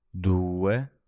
Due